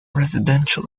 residential